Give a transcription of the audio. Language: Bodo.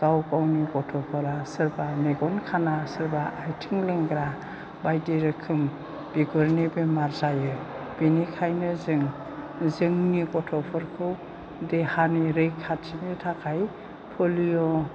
गाव गावनि गथ'फोरा सोरबा मेगन खाना सोरबा आथिं लेंग्रा बायदि रोखोम बिगुरनि बेमार जायो बेनिखायनो जों जोंनि गथ'फोरखौ देहानि रैखाथिनि थाखाय पलिय'